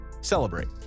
celebrate